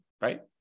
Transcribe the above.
Right